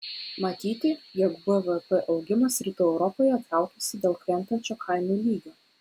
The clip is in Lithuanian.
matyti jog bvp augimas rytų europoje traukiasi dėl krentančio kainų lygio